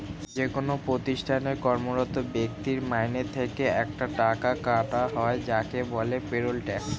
যেকোন প্রতিষ্ঠানে কর্মরত ব্যক্তির মাইনে থেকে একটা টাকা কাটা হয় যাকে বলে পেরোল ট্যাক্স